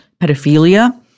Pedophilia